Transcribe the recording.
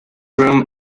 room